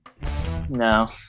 No